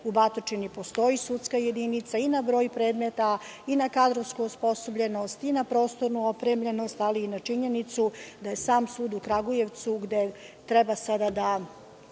u Batočini postoji sudska jedinica i na broj predmeta, na kadrovsku osposobljenost, na prostornu opremljenost, ali i na činjenicu da je sam sud u Kragujevcu gde treba sada da